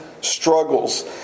struggles